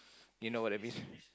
you know what I mean